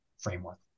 framework